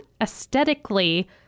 aesthetically